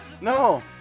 No